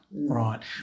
right